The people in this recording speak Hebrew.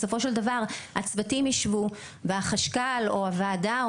בסופו של דבר הצוותים יישבו והחשכ"ל או הוועדה או